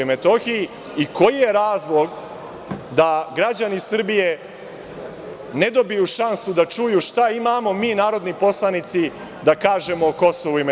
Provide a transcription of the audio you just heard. I, koji je razlog da građani Srbije ne dobiju šansu da čuju šta imamo mi narodni poslanici da kažemo o KiM?